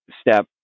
step